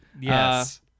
Yes